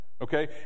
okay